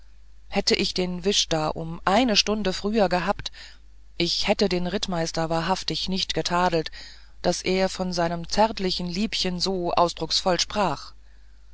hätte ich den wisch da um eine stunde früher gehabt ich hätte den rittmeister wahrhaftig nicht getadelt daß er von seinem zärtlichen liebchen so ausdrucksvoll sprach